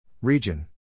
Region